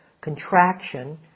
contraction